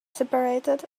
separated